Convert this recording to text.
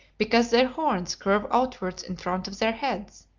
because their horns curve outwards in front of their heads,